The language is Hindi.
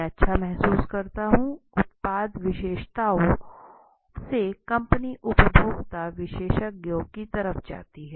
मैं अच्छा महसूस करता हूँ उत्पाद विशेषताओं से कंपनी उपभोक्ता विशेषज्ञों की तरफ जाती है